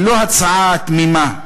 היא לא הצעה תמימה,